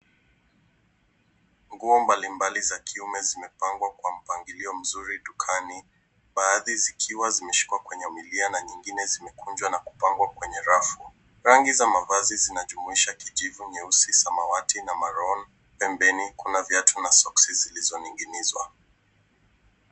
Nguo mbalimbali za kiume zimepangwa kwa mpangilio mzuri dukani. Baadhi zikiwa zimeshikwa kwenye milia , nyingine zimekunjwa na kupangwa kwenye rafu. Rangi za mavazi zinajumuisha kijivu, nyeusi, samawati na maroon . Pembeni kuna viatu na soksi zilizoning'inizwa.